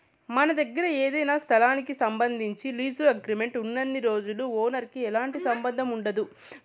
మన దగ్గర ఏదైనా స్థలానికి సంబంధించి లీజు అగ్రిమెంట్ ఉన్నన్ని రోజులు ఓనర్ కి ఎలాంటి సంబంధం ఉండదు